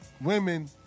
women